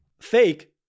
fake